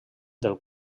del